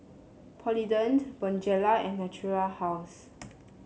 Polident Bonjela and Natura House